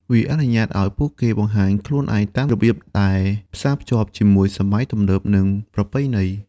វាអនុញ្ញាតឱ្យពួកគេបង្ហាញខ្លួនឯងតាមរបៀបដែលផ្សាភ្ជាប់ជាមួយសម័យទំនើប និងប្រពៃណី។